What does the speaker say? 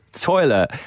toilet